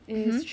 mmhmm